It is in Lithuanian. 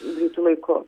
greitu laiku